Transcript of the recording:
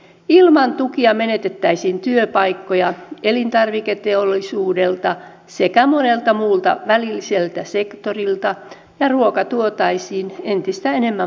ilman tukia menetettäisiin työpaikkoja elintarviketeollisuudelta sekä monelta muulta välilliseltä sektorilta ja ruoka tuotaisiin entistä enemmän maailmalta